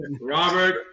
Robert